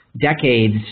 decades